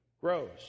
grows